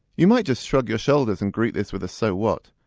you might just shrug your shoulders and greet this with a so what?